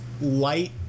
light